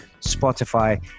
Spotify